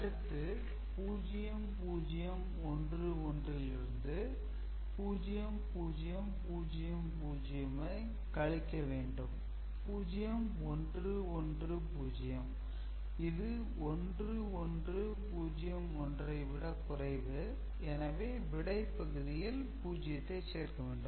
அடுத்து 0 0 1 1 லிருந்து 0 0 0 0 வை கழிக்க வேண்டும் 0 1 1 0 இது 1 1 0 1 ஐ விட குறைவு எனவே விடை பகுதியில் 0 சேர்க்க வேண்டும்